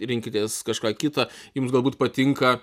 rinkitės kažką kita jums galbūt patinka